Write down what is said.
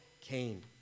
Cain